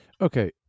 Okay